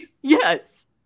Yes